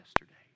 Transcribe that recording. yesterday